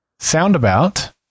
Soundabout